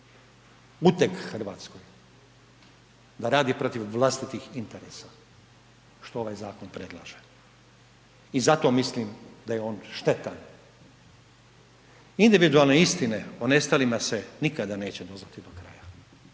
uteg RH da radi protiv vlastitih interesa, što ovaj zakon predlaže i zato mislim da je on štetan. Individualne istine o nestalima se nikada neće doznati do kraja,